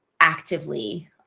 actively